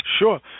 Sure